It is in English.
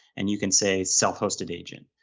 and you can say, self-hosted agent,